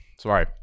sorry